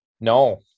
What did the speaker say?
No